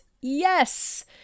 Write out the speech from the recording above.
Yes